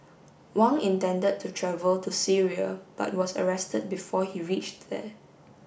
Wang intended to travel to Syria but was arrested before he reached there